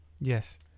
Yes